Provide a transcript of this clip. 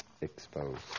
exposed